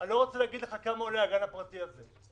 אני לא רוצה להגיד לך כמה עולה הגן הפרטי הזה,